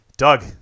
Doug